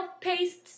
paste